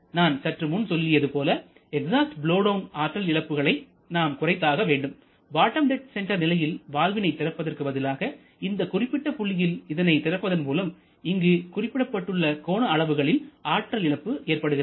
நான் சற்று முன் சொல்லியது போல எக்ஸாஸ்ட் பலோவ் டவுன் ஆற்றல் இழப்புகளை நாம் குறைத்தாக வேண்டும் பாட்டம் டெட் சென்டர் நிலையில் வால்வினை திறப்பதற்கு பதிலாக இந்த குறிப்பிட்ட புள்ளியில் இதனை திறப்பதன் மூலம் இங்கு குறிப்பிடப்பட்டுள்ள கோண அளவுகளில் ஆற்றல் இழப்பு ஏற்படுகிறது